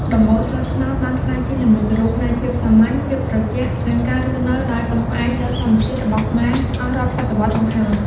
ដំបូលស្លឹកត្នោតបានក្លាយជានិមិត្តរូបនៃភាពសាមញ្ញ ភាពត្រជាក់ និងការរស់នៅដោយពឹងផ្អែកលើធម្មជាតិរបស់ខ្មែរអស់រាប់សតវត្សរ៍មកហើយ។